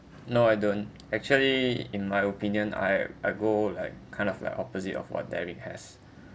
no I don't actually in my opinion I I go all like kind of like opposite of what derek has